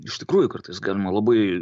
iš tikrųjų kartais galima labai